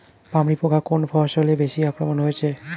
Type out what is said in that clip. পামরি পোকা কোন ফসলে বেশি আক্রমণ হয়েছে?